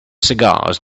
cigars